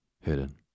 Hidden